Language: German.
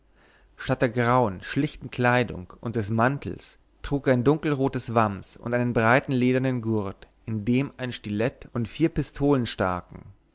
statt der grauen schlichten kleidung und des mantels trug er ein dunkelrotes wams und einen breiten ledernen gurt in dem ein stilett und vier pistolen staken